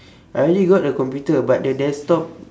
I already got a computer but the desktop